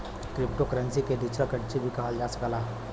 crypto currency के digital currency भी कहल जा सकला